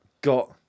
got